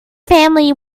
family